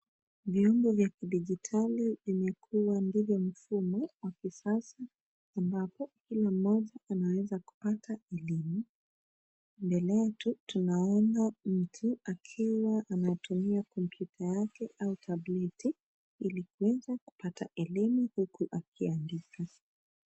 Vyombo vya kidijitali vimekuwa ndivyo mfumo wa kisasa ambapo kila mmoja anaweza kupata elimu. Mbele yetu tunaona mtu akiwa anatumia kompyuta yake au tableti ili kuweza kupata elimu huku akiandika.